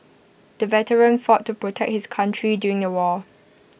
the veteran fought to protect his country during the war